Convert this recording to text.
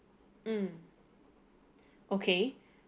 mm okay